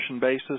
basis